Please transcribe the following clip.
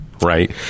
Right